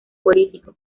político